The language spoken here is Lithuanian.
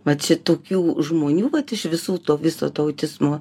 vat šitokių žmonių vat iš visų to viso to autizmo